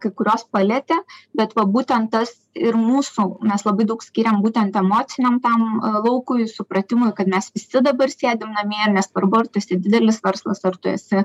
kai kurios paletė bet va būtent tas ir mūsų mes labai daug skiriam būtent emociniam tam laukui supratimui kad mes visi dabar sėdim namie ir nesvarbu ar tu esi didelis verslas ar tu esi